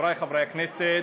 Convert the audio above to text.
חברי חברי הכנסת,